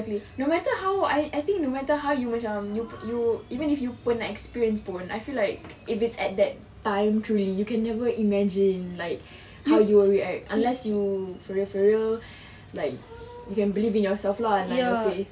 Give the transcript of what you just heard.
no matter how I I think no matter how macam you you even if you pernah experience pun I feel like if it's at that time truly you can never imagine like how you will react unless you for real for real like you can believe in yourself lah like your faith